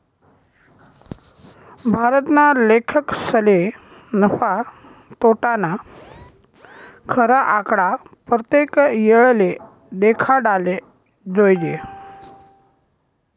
भारतना लेखकसले नफा, तोटाना खरा आकडा परतेक येळले देखाडाले जोयजे